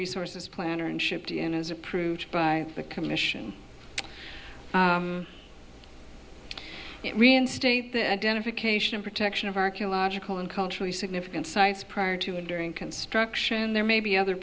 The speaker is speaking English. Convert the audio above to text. resources planner and shipped in as approved by the commission identification protection of archeological and culturally significant sites prior to and during construction there may be other